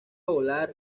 volar